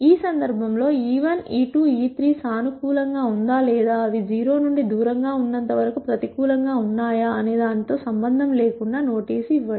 ఈ సందర్భంలో e1 e2 e3 సానుకూలం గా ఉందా లేదా అవి 0 నుండి దూరంగా ఉన్నంతవరకు ప్రతికూలంగా ఉన్నాయా అనే దానితో సంబంధం లేకుండా నోటీసు ఇవ్వండి